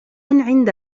عند